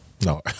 No